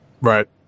Right